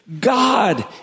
God